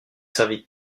servi